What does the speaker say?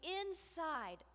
inside